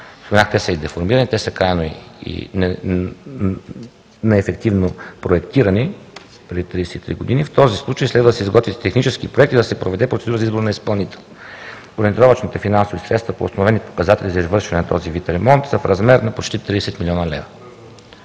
на трасето – деформирани, неефективно проектирани преди 33 години. В този случай следва да се изготви технически проект и да се проведе процедура за избор на изпълнител. Ориентировъчните финансови средства по установени показатели за извършване на този вид ремонт са в размер на почти 30 млн. лв.